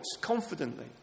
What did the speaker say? confidently